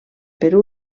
per